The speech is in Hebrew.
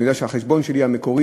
אני יודע שהחשבון שלי המקורי,